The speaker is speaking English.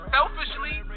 Selfishly